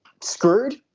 screwed